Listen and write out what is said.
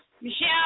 Michelle